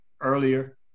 earlier